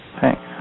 Thanks